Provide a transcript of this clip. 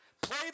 Play